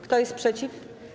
Kto jest przeciw?